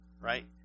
right